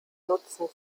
nutzen